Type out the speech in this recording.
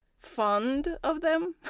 fond of them?